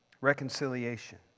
reconciliation